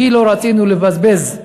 כי לא רצינו לבזבז,